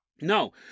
No